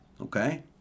Okay